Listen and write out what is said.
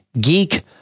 geek